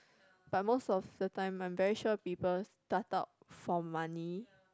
but most of the time I'm very sure people start out for money